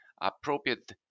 appropriate